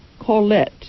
Colette